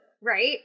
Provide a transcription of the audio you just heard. right